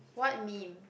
what meme